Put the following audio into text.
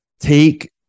take